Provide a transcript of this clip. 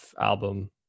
album